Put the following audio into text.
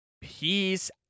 Peace